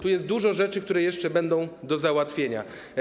Tu jest dużo rzeczy, które jeszcze będą do załatwienia.